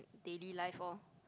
daily life oh